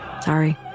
Sorry